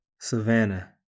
Savannah